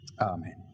amen